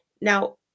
now